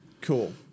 Cool